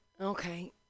Okay